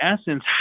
essence